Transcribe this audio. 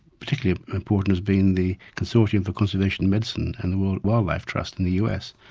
particularly important has been the consortium for conservation medicine and the world wildlife trust in the us.